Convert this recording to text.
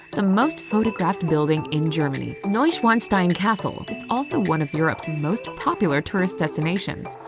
the most photographed building in germany, neuschwanstein castle, is also one of europe's and most popular tourist destinations.